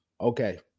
Okay